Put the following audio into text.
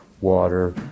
water